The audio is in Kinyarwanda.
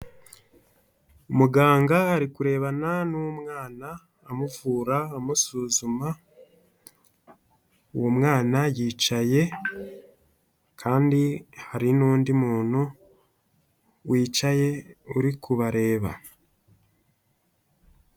Muganga ari kurebana n'umwana amuvura amusuzuma, uwo mwana yicaye kandi hari n'undi muntu wicaye uri kubareba.